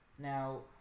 Now